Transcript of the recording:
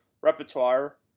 repertoire